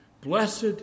Blessed